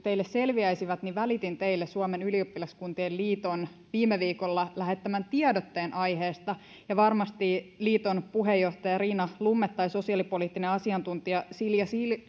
teille selviäisivät niin välitin teille suomen ylioppilaskuntien liiton viime viikolla lähettämän tiedotteen aiheesta ja varmasti liiton puheenjohtaja riina lumme tai sosiaalipoliittinen asiantuntija silja